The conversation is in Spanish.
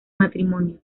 matrimonio